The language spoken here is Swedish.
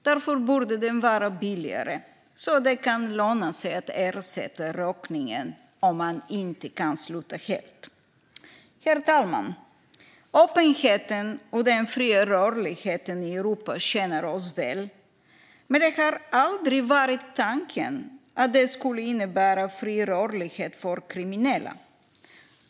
Därför borde det vara billigare, så att det kan löna sig att ersätta rökningen om man inte kan sluta helt. Herr talman! Öppenheten och den fria rörligheten i Europa tjänar oss väl, men det var aldrig tanken att det skulle innebära fri rörlighet för kriminella.